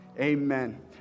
Amen